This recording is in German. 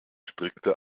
strickte